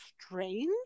strange